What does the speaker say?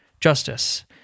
justice